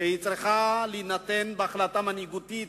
שצריכה להינתן בהחלטה מנהיגותית,